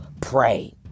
pray